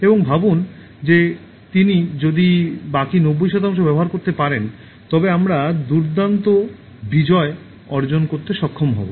এবং ভাবুন যে তিনি যদি বাকি নব্বই শতাংশ ব্যবহার করতে পারেন তবে আমরা দুর্দান্ত বিজয় অর্জন করতে সক্ষম হব